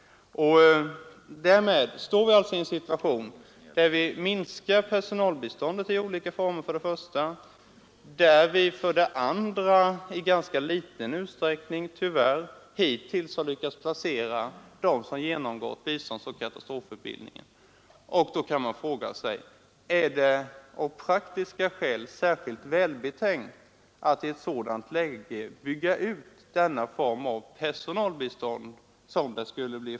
Därmed står vi i en situation där vi för det första minskar personalbiståndet i olika former och för det andra tyvärr i ganska liten utsträckning hittills lyckats placera dem som genomgått biståndsoch katastrofutbildning. Då kan man fråga sig: Är det av praktiska skäl särskilt välbetänkt att i ett sådant läge bygga ut denna form av personalbistånd?